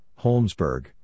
Holmesburg